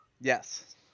Yes